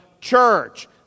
church